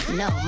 no